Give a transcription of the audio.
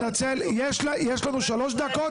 אני מתנצל, יש לנו שלוש דקות